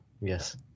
yes